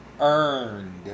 earned